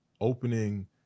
opening